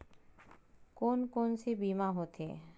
कोन कोन से बीमा होथे?